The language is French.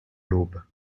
l’aube